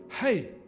hey